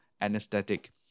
anesthetic